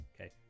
Okay